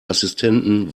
assistenten